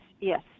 yes